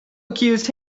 accused